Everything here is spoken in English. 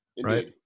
Right